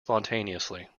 spontaneously